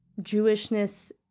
Jewishness